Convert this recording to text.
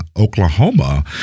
Oklahoma